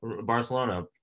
Barcelona